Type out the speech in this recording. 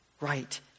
Right